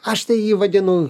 aš tai jį vadinu